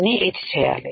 ని ఎచ్ చేయాలి